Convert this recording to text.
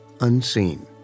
unseen